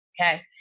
Okay